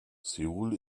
seoul